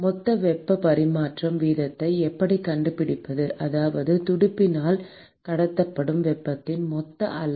மொத்த வெப்பப் பரிமாற்ற வீதத்தை எப்படிக் கண்டுபிடிப்பது அதாவது துடுப்பினால் கடத்தப்படும் வெப்பத்தின் மொத்த அளவு